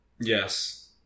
Yes